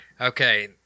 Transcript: Okay